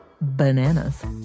bananas